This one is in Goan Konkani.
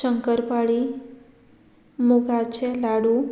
शंकरपाळी मुगाचे लाडू